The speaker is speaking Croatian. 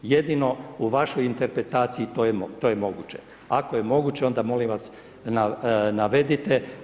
Jedino u vašoj interpretaciji to je moguće, ako je moguće onda molim vas navedite.